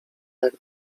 jak